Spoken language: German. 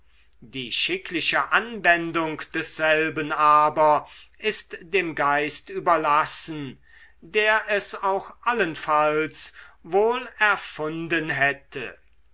die schickliche anwendung desselben aber ist dem geist überlassen der es auch allenfalls wohl erfunden hätte